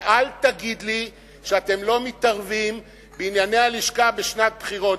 ואל תגיד לי שאתם לא מתערבים בענייני הלשכה בשנת בחירות.